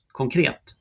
konkret